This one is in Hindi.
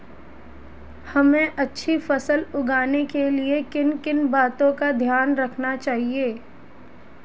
हमें अच्छी फसल उगाने में किन किन बातों का ध्यान रखना चाहिए?